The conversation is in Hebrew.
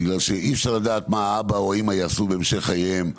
בגלל שאי אפשר לדעת מה האבא או אמא יעשו בהמשך חייהם.